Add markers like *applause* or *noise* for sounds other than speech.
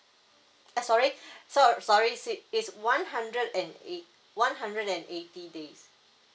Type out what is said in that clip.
eh sorry *breath* so sorry it's it's one hundred and eight one hundred and eighty days